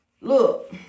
look